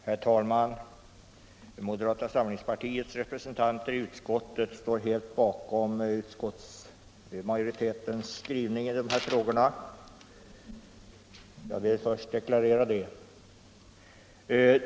Herr talman! Moderata samlingspartiets representanter i utskottet står helt bakom utskottsmajoritetens skrivning i dessa frågor. Jag vill först deklarera det.